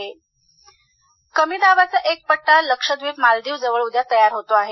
हवामान कमी दाबाचा एक पट्टा लक्षद्वीप मालदीव्जजवळ उद्या तयार होतो आहे